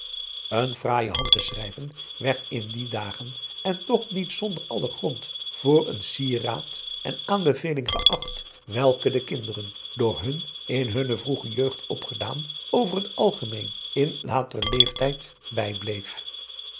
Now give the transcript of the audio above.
een fraaije hand te schrijven werd in die dagen en toch niet zonder allen grond voor een sieraad en aanbeveling geacht welke den kinderen door hun in hunne vroege jeugd opgedaan over het algemeen in lateren leestijd bij bleef